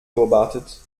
beobachtet